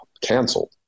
canceled